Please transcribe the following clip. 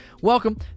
Welcome